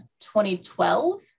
2012